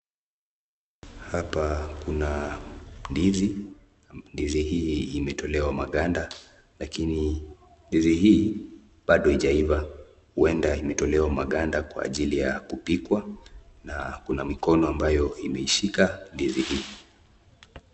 Hapa kuna ndizi, ndizi hii imetolewa maganda lakini ndizi hii bado haijaiva, huenda imetolewa maganda kwa ajili ya kupikwa na kuna mikono ambayo imeishika ndizi hii.